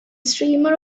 streamer